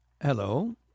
Hello